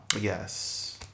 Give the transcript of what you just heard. Yes